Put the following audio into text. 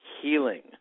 healing